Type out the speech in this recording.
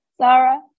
Sarah